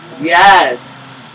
Yes